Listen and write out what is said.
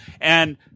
and-